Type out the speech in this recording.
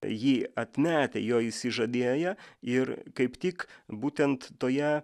jį atmetę jo išsižadėję ir kaip tik būtent toje